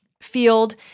field